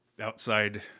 outside